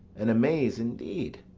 and amaze, indeed,